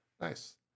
nice